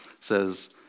says